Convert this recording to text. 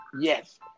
yes